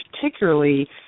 particularly